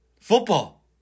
Football